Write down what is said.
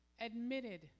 admitted